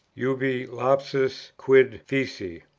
ubi lapsus? quid feci?